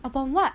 upon what